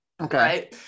Okay